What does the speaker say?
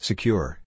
Secure